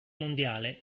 mondiale